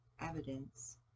evidence